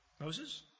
Moses